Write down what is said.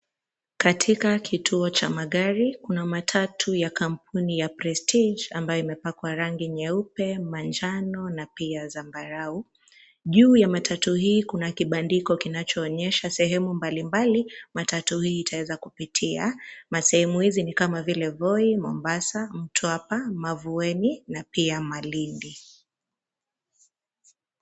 Katika kituo cha magari kuna matatu ya kampuni ya Prestige ambayo imepakwa rangi nyeupe, manjano na pia zambarau, juu ya matatu hii kuna kibandiko kinachoonyesha sehemu mbalimbali, matatu hii itaweza kupitia, masehemu hizi ni kama vile, Voi, Mombasa, Mtwapa, Mavueni na pia Malindi.